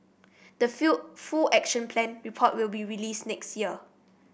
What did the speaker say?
the fill full Action Plan report will be release next year